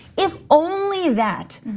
if only that,